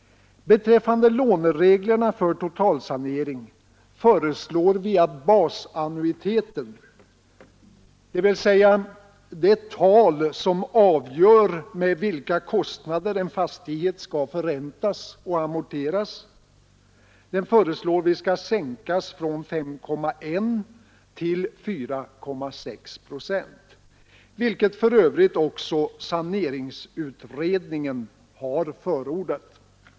Beträffande lånereglerna för totalsanering föreslår vi att basannuiteten, dvs. det tal som avgör med vilka kostnader en fastighet skall förräntas och amorteras, sänkes från 5,1 till 4,6 procent, vilket för övrigt också saneringsutredningen förordat.